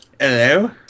Hello